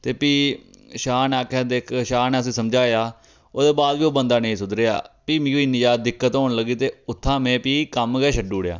ते फ्ही शाह् ने आखेआ दिक्ख शाह् ने उसी समझाया ओह्दे बाद बी ओह् बंदा नेईं सुधरेआ फ्ही मिगी इन्नी ज्यादा दिक्कत लगी होन ते उत्थां में फ्ही कम्म गै छड्डुड़ेआ